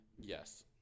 Yes